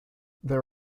there